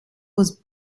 was